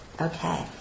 Okay